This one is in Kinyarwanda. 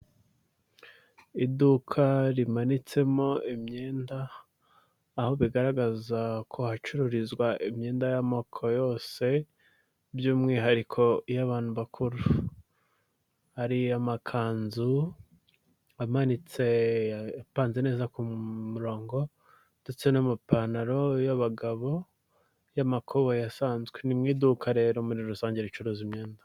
Iduka rimanitsemo imyenda, aho bigaragaza ko hacururizwa imyenda y'amoko yose by'umwihariko iy'abantu bakuru. Hari amakanzu amanitse apanze neza ku murongo ndetse n'amapantaro y'abagabo, y'amakoboyi asanzwe. Ni mu iduka rero muri rusange ricuruza imyenda.